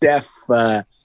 Steph